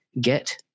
get